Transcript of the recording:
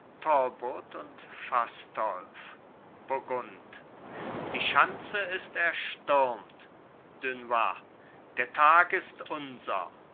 und soldaten treten auf burgund die schanze ist erstürmt dunois der tag ist unser